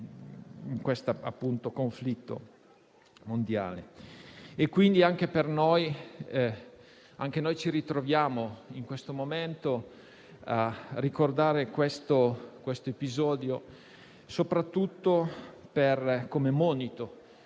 in quel conflitto mondiale. Anche noi, quindi, ci ritroviamo in questo momento a ricordare questo episodio, soprattutto come monito